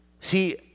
See